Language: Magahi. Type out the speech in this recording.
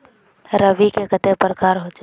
रवि के कते प्रकार होचे?